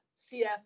CF